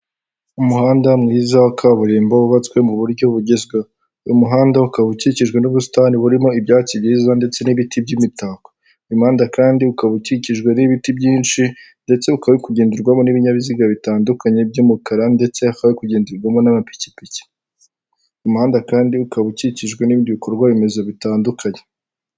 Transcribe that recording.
Umuhanda mwiza wa kaburimbo wubatswe mu buryo bugezweho, uyu muhanda ukaba ukikijwe n'ubusitani burimo ibyatsi byiza ndetse n'ibiti by'imitako. Uyu muhanda kandi ukaba ukikijwe n'ibiti byinshi ndetse ukaba uri kugenderwamo n'ibinyabiziga bitandukanye by'umukara ndetse hakaba hari kugenderwamo n'amapikipiki. Uyu muhanda kandi ukaba ukikijwe n'ibindi bikorwaremezo bitandukanye.